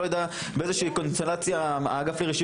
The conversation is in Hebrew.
אני לא יודע באיזה קונסטלציה האגף לרישוי